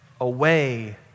away